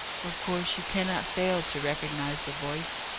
of course you cannot fail to recognize the voice.